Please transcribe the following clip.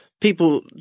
people